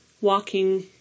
Walking